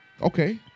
Okay